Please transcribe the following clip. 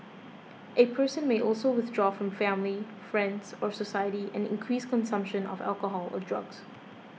a person may also withdraw from family friends or society and increase consumption of alcohol or drugs